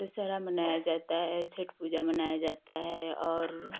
दशहरा मनाया जाता है छठ पूजा मनाया जाता है और